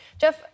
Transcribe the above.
Jeff